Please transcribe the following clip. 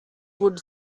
would